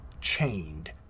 chained